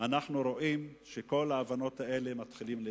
אנחנו רואים שכל ההבנות האלה מתחילות להתפורר.